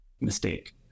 mistake